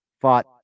Fought